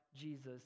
Jesus